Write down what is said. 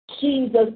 Jesus